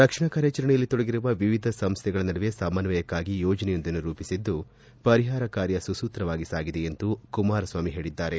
ರಕ್ಷಣಾ ಕಾರ್ಯಾಚರಣೆಯಲ್ಲಿ ತೊಡಗಿರುವ ವಿವಿಧ ಸಂಸ್ಥೆಗಳ ನಡುವೆ ಸಮಸ್ವಯಕ್ಕಾಗಿ ಯೋಜನೆಯೊಂದನ್ನು ರೂಪಿಸಿದ್ದು ಪರಿಹಾರ ಕಾರ್ಯ ಸುಸೂತ್ರವಾಗಿ ಸಾಗಿದೆ ಎಂದು ಕುಮಾರಸ್ವಾಮಿ ಹೇಳಿದರು